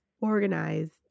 organized